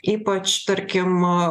ypač tarkim